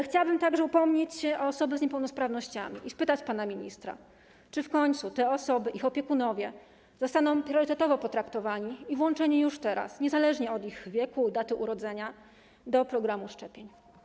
Chciałabym także upomnieć się o osoby z niepełnosprawnościami i spytać pana ministra: Czy w końcu te osoby, ich opiekunowie zostaną priorytetowo potraktowani i włączeni już teraz, niezależnie od ich wieku i daty urodzenia, do programu szczepień?